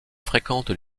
fréquente